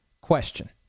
question